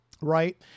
Right